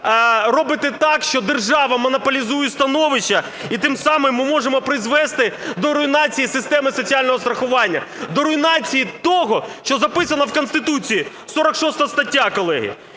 робите так, що держава монополізує становище і тим самим ми можемо призвести до руйнації системи соціального страхування. До руйнації того, що записано в Конституції 46 стаття, колеги.